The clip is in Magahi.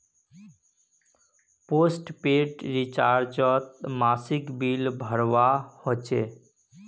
पोस्टपेड रिचार्जोत मासिक बिल भरवा होचे